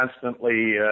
constantly